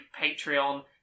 Patreon